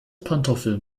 pantoffel